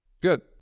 Good